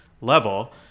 level